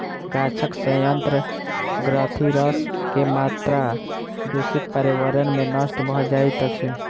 गाछक सयंत्र ग्रंथिरस के मात्रा दूषित पर्यावरण में नष्ट भ जाइत अछि